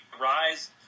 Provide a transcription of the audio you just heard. rise